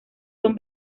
son